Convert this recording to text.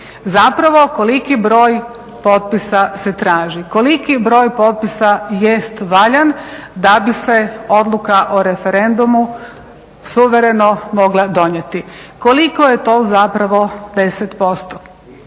Zapravo koliki broj potpisa se traži. Koliki broj potpisa jest valjan da bi se Odluka o referendumu suvereno mogla donijeti. Koliko je to zapravo 10%.